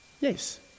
Yes